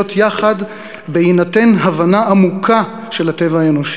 יחד בהינתן הבנה עמוקה של הטבע האנושי.